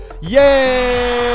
yay